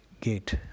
Gate